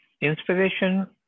inspiration